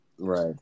Right